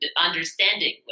understanding